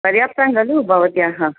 पर्याप्तं खलु भवत्याः